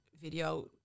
video